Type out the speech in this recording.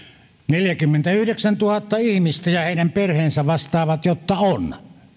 neljäkymmentäyhdeksäntuhatta ihmistä ja heidän perheensä vastaavat että on ollut